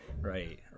Right